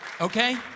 Okay